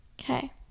okay